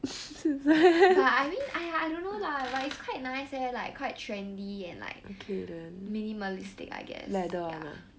but I mean !aiya! I don't know lah but it's quite nice leh like quite trendy and like minimalistic I guess ya